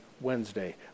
Wednesday